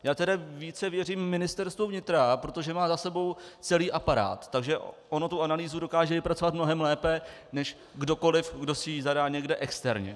Já tedy více věřím Ministerstvu vnitra, protože má za sebou celý aparát, takže tu analýzu dokáže vypracovat mnohem lépe než kdokoli, kdo si ji zadá někde externě.